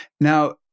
Now